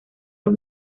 los